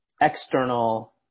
external